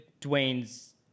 Dwayne's